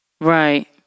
Right